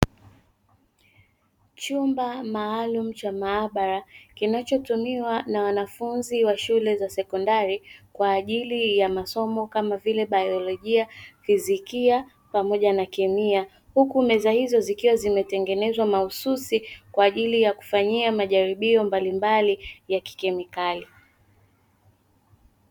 Chumba maalumu cha maabara kinachotumiwa na wanafunzi wa shule za sekondari kwa ajili ya masomo kama vile baiolojia, fizikia pamoja na kemia huku meza hizo zikiwa zimetengenezwa mahususi kwa ajili ya kufanyia majaribio mbalimbali ya kikemikali.